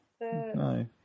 No